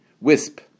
Wisp